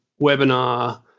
webinar